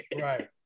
Right